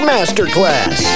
Masterclass